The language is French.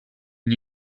une